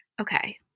Okay